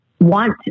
want